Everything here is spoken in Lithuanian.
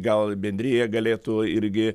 gal bendrija galėtų irgi